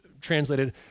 translated